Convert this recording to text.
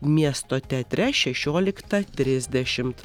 miesto teatre šešioliktą trisdešimt